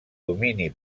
domini